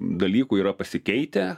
dalykų yra pasikeitę